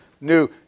new